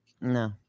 No